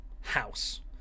house